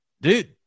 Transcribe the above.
Dude